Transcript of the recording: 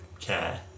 care